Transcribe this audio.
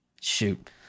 Shoot